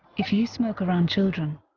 if you smoke around children,